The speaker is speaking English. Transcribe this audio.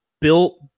built